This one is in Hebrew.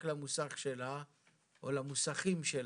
רק למוסך שלה או למוסכים שלה.